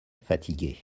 fatigué